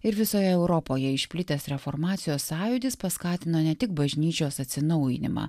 ir visoje europoje išplitęs reformacijos sąjūdis paskatino ne tik bažnyčios atsinaujinimą